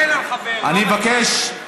אני מבקש.